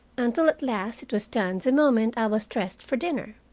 until at last it was done the moment i was dressed for dinner.